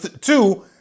two